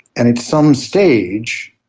and at some stage,